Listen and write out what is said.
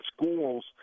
schools